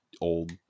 old